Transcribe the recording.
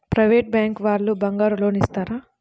Private bank వాళ్ళు బంగారం loan ఇస్తారా?